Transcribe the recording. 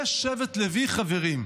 זה שבט לוי, חברים.